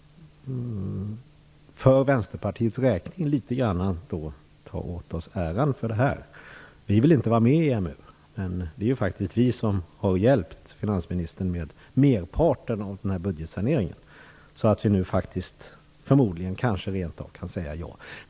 Vi i Vänsterpartiet kan litet grand ta åt oss äran för det. Vi vill ju inte vara med i EMU, men det är faktiskt vi som har hjälpt finansministern med merparten av den här budgetsaneringen, så att vi nu kanske rent av kan säga ja.